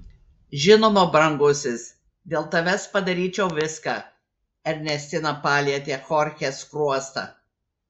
žinoma brangusis dėl tavęs padaryčiau viską ernestina palietė chorchės skruostą